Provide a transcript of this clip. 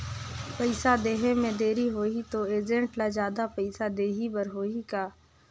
पइसा देहे मे देरी होही तो एजेंट ला जादा पइसा देही बर होही का?